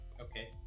Okay